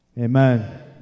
Amen